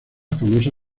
famosa